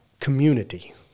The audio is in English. community